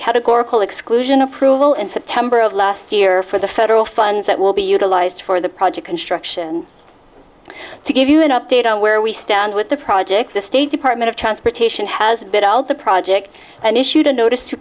exclusion approval in september of last year for the federal funds that will be utilized for the project construction to give you an update on where we stand with the project the state department of transportation has been all the project and issued a notice to